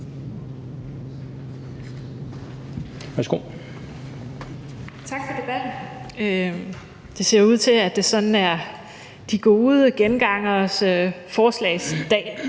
Tak for debatten. Det ser ud til, at det sådan er de gode gengangeres forslagsdag